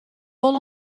wol